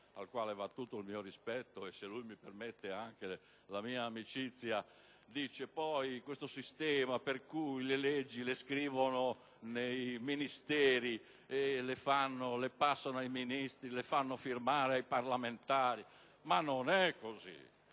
al quale va tutto il mio rispetto e, se lui mi permette, anche la mia amicizia, dice che le leggi le scrivono nei Ministeri, le passano ai Ministri e le fanno firmare ai parlamentari. Non è così!